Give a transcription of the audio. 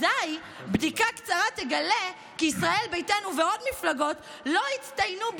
אז בדיקה קצרה תגלה כי ישראל ביתנו ועוד מפלגות לא הצטיינו,